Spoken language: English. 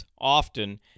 often